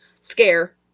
scare